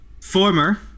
former